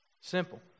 Simple